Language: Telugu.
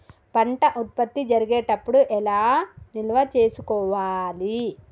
పంట ఉత్పత్తి జరిగేటప్పుడు ఎలా నిల్వ చేసుకోవాలి?